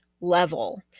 level